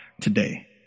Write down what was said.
today